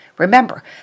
Remember